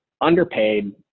underpaid